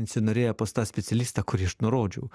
ins įnorėja pas tą specialistą kurį aš nurodžiau